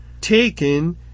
taken